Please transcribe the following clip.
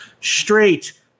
straight